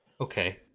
Okay